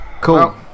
cool